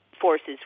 forces